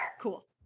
Cool